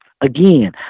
Again